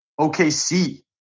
OKC